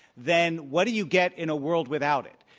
then what do you get in a world without it?